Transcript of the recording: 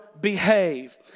behave